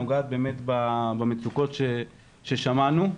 נוגעת במצוקות ששמענו.